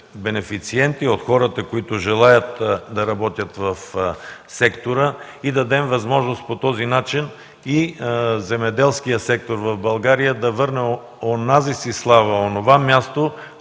бенефициенти, от хората, които желаят да работят в сектора и по този начин да дадем възможност и земеделският сектор в България да върне онази си слава, онова място,